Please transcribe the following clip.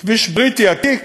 כביש בריטי עתיק,